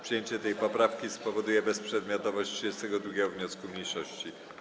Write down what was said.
Przyjęcie tej poprawki spowoduje bezprzedmiotowość 32. wniosku mniejszości.